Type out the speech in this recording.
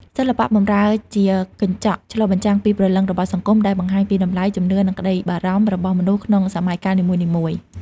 សិល្បៈបម្រើជាកញ្ចក់ឆ្លុះបញ្ចាំងពីព្រលឹងរបស់សង្គម ដែលបង្ហាញពីតម្លៃ ជំនឿ និងក្តីបារម្ភរបស់មនុស្សក្នុងសម័យកាលនីមួយៗ។